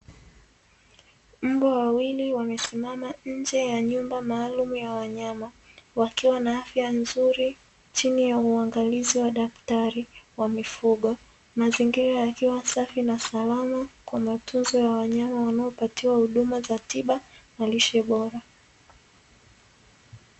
Mbwa wawili wamesimama eneo la nje la ufugaji wa wanyama wakiwa wa afya nzuri chini ya uangalizi wa daktari wa mifugo ,mazingira yakiwa safi na salama kwa matunzo ya wanyama wanaopaytiwa huduma za tiba na lishe bora